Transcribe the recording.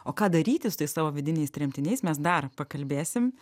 o ką daryti su tais savo vidiniais tremtiniais mes dar pakalbėsim